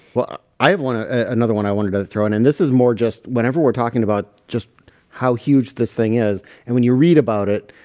well, i have one ah another one i wanted to throw in and this is more just whenever we're talking about just how huge this thing is and when you read about it,